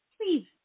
please